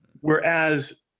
whereas